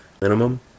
minimum